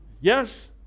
Yes